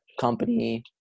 company